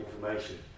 information